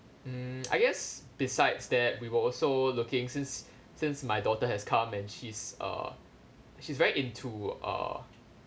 um I guess besides that we were also looking since since my daughter has come and she's uh she's very into uh